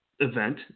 Event